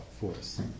force